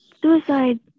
suicide